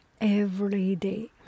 everyday